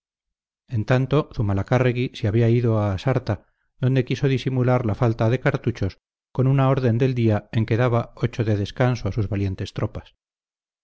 en tanto zumalacárregui se había ido a asarta donde quiso disimular la falta de cartuchos con una orden del día en que daba ocho de descanso a sus valientes tropas